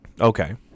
Okay